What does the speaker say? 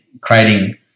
creating